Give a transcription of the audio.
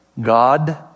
God